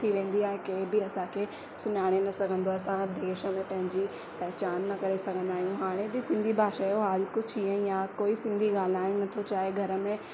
थी वेंदी आहे कंहिं बि असांखे सुञाणे न सघंदो आहे असां देश में पंहिंजी पहचान न करे सघंदा आहियूं हाणे बि सिंधी भाषा जो हाल कुझु ईअं ई आहे कोई सिंधी ॻाल्हाइण न थो चाहे घर में